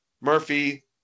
Murphy